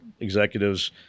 executives